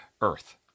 Earth